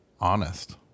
honest